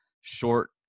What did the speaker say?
short